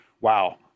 Wow